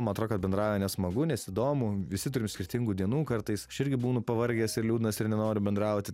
man atrodo kad bendrauju nes smagu nes įdomu visi turim skirtingų dienų kartais aš irgi būnu pavargęs ir liūdnas ir nenoriu bendrauti